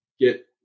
get